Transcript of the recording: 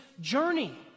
journey